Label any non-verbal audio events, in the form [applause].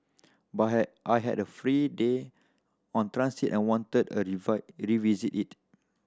but had I had a free day on transit and wanted a [unintelligible] revisit it